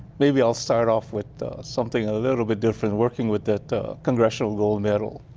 maybe i'll start off with something a little bit different. working with the congressional gold medal.